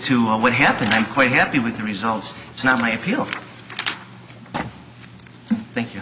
to what happened i'm quite happy with the results it's not my appeal thank you